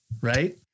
Right